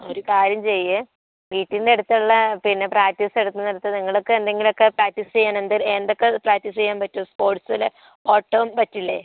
ഒരു കാര്യം ചെയ്യു വീട്ടിൻ്റെ അടുത്തുള്ള പിന്നെ പ്രാക്ടീസ് എടുക്കുന്നിടത്ത് നിങ്ങൾക്കെന്തെങ്കിലുമൊക്കെ പ്രാക്ടീസ് ചെയ്യാൻ എന്ത് എന്തൊക്കെ പ്രാക്ടീസ് ചെയ്യാൻ പറ്റും സ്പോർട്സിൽ ഓട്ടം പറ്റില്ലേ